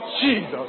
Jesus